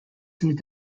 through